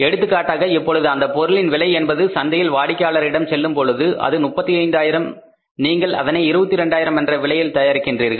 எடுத்துக்காட்டாக இப்பொழுது அந்த பொருளின் விலை என்பது சந்தையில் வாடிக்கையாளரிடம் செல்லும்பொழுது அது 35 ஆயிரம் நீங்கள் அதனை 22 ஆயிரம் என்ற விலையில் தயாரிக்கின்றீர்கள்